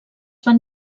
van